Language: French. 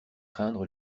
craindre